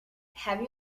have